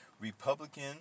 Republican